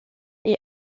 est